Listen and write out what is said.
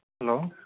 hello